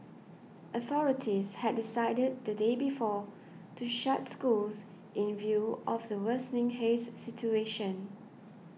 authorities had decided the day before to shut schools in view of the worsening haze situation